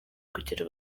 kugera